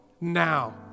now